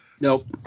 Nope